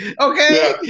Okay